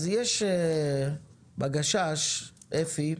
אז יש בגשש אפי,